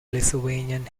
lithuanian